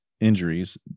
injuries